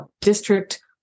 district